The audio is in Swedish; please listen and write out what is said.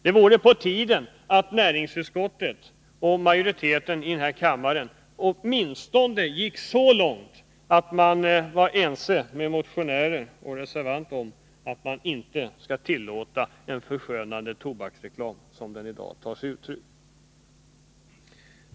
Det vore på tiden att näringsutskottet och majoriteten i denna kammare åtminstone gick så långt att man var ense med motionären och reservanten om att en förskönande tobaksreklam, såsom den i dag tar sig uttryck, inte skall tillåtas.